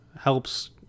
helps